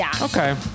Okay